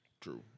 True